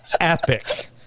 epic